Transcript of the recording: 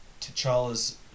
T'Challa's